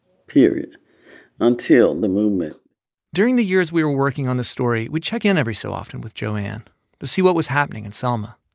period until the movement during the years we were working on this story, we'd check in every so often with joanne to see what was happening in selma,